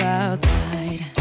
outside